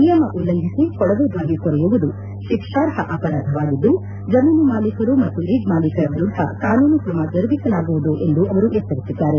ನಿಯಮ ಉಲ್ಲಂಘಿಸಿ ಕೊಳವೆ ಬಾವಿ ಕೊರೆಯುವುದು ಶಿಕ್ಷಾರ್ಷ ಅಪರಾಧವಾಗಿದ್ದು ಜಮೀನು ಮಾಲೀಕರು ಮತ್ತು ರಿಗ್ ಮಾಲೀಕರ ವಿರುದ್ದ ಕಾನೂನು ತ್ರಮ ಜರುಗಿಸಲಾಗುವುದು ಎಂದು ಅವರು ಎಚ್ವರಿಸಿದ್ದಾರೆ